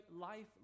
life